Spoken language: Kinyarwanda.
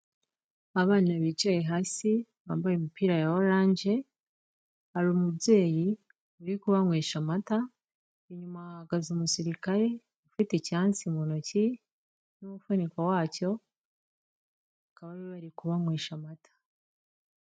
Abana bicaye hasi bambaye imipira ya oranje, hari umubyeyi uri kubanywesha amata, inyuma hahagaze umusirikare ufite icyansi mu ntoki n'umufuniko wacyo, bakaba bari kubabanywesha amata.